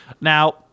now